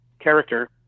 character